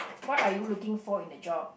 what are you looking for in a job